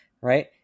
Right